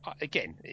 Again